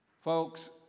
Folks